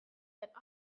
that